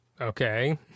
Okay